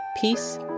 peace